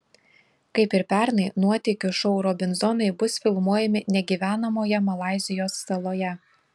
kaip ir pernai nuotykių šou robinzonai bus filmuojami negyvenamoje malaizijos saloje